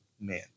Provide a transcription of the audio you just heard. man